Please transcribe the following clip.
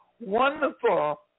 wonderful